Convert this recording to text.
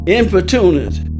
importunate